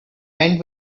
went